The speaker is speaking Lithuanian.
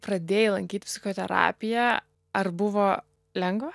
pradėjai lankyt psichoterapiją ar buvo lengva